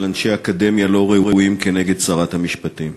אנשי אקדמיה לא ראויים כנגד שרת המשפטים.